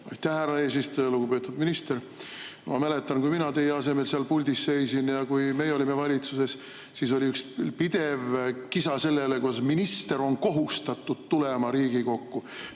Aitäh, härra eesistuja! Lugupeetud minister! Ma mäletan, kui mina teie asemel seal puldis seisin ja kui meie olime valitsuses, siis oli üks pidev kisa teemal, et minister on kohustatud tulema Riigikokku.